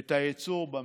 את הייצור במשק.